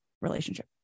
relationship